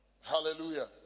Hallelujah